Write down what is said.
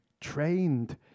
trained